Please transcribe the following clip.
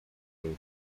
davis